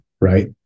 right